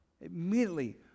immediately